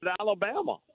Alabama